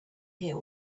hear